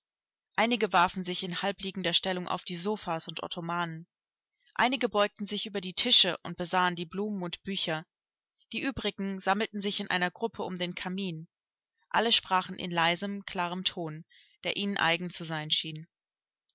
einige warfen sich in halbliegender stellung auf die sofas und ottomanen einige beugten sich über die tische und besahen die blumen und bücher die übrigen sammelten sich in einer gruppe um den kamin alle sprachen in leisem klarem ton der ihnen eigen zu sein schien